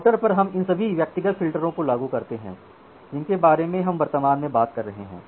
router पर हम इन सभी व्यक्तिगत फिल्टरों को लागू करते हैं जिनके बारे में हम वर्तमान में बात कर रहे हैं